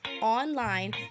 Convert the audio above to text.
online